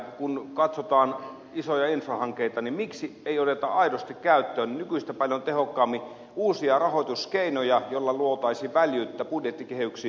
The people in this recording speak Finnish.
kun katsotaan isoja infrahankkeita niin miksi ei oteta aidosti käyttöön nykyistä paljon tehokkaammin uusia rahoituskeinoja joilla luotaisiin väljyyttä budjettikehyksiin